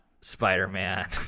Spider-Man